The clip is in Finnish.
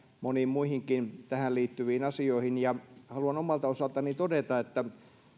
moniin muihinkin tähän liittyviin asioihin ja haluan omalta osaltani todeta että